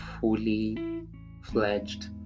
fully-fledged